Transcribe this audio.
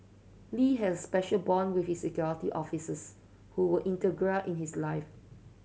Lee has a special bond with his Security Officers who were integral in his life